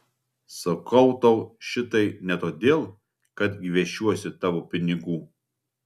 sakau tau šitai ne todėl kad gviešiuosi tavo pinigų